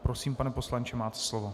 Prosím pane poslanče, máte slovo.